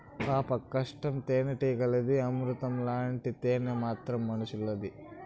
పాపం కష్టం తేనెటీగలది, అమృతం లాంటి తేనె మాత్రం మనుసులది